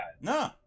No